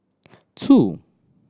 two